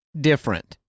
different